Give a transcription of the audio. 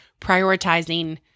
prioritizing